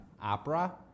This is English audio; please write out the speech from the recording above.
opera